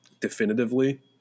definitively